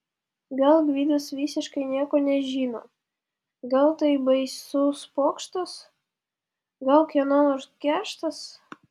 gal gvidas visiškai nieko nežino gal tai baisus pokštas gal kieno nors kerštas